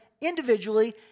individually